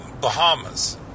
Bahamas